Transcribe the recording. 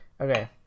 Okay